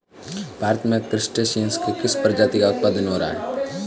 भारत में क्रस्टेशियंस के किस प्रजाति का उत्पादन हो रहा है?